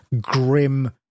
grim